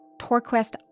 Torquest